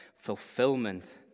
Fulfillment